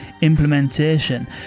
implementation